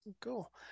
cool